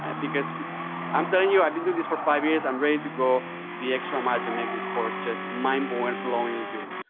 because i'm telling you i've been doing this for five years, i'm ready to go the extra mile to make this course just mind and blowingly good.